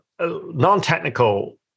non-technical